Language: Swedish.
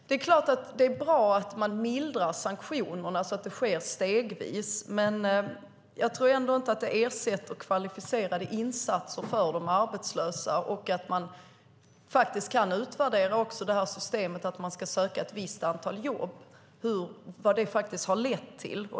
Det är klart att det är bra att sanktionerna mildras så att det sker stegvis, men jag tror ändå inte att det ersätter kvalificerade insatser för de arbetslösa. Det handlar också om att utvärdera systemet att man ska söka ett visst antal jobb och vad det faktiskt har lett till.